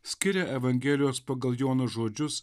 skiria evangelijos pagal joną žodžius